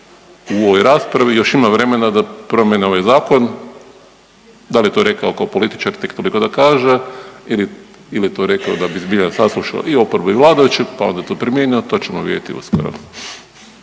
u ovoj raspravi još ima vremena da promijene ovaj zakon. Da li je to rekao kao političar tek toliko da kaže ili je to rekao da bi zbilja saslušao i oporbu i vladajuće, pa onda to primijenio to ćemo vidjeti uskoro.